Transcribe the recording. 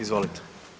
Izvolite.